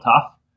tough